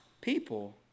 people